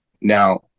Now